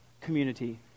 community